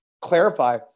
clarify